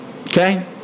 okay